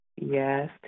Yes